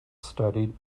studied